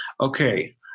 okay